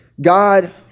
God